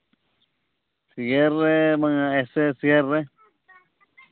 share ᱨᱮ ᱵᱟᱝᱼᱟ ᱮᱥᱮ ᱥᱮᱭᱟᱨ ᱨᱮ